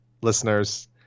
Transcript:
Listeners